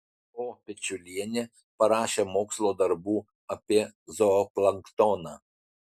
o pečiulienė parašė mokslo darbų apie zooplanktoną